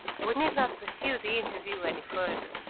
we need not pursue the interview any further.